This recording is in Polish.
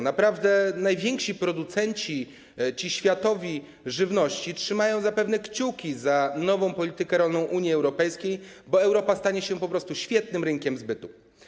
Naprawdę najwięksi producenci, ci światowi, żywności trzymają zapewne kciuki za nową politykę rolną Unii Europejskiej, bo Europa stanie się po prostu świetnym rynkiem zbytu.